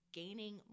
gaining